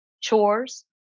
chores